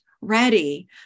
ready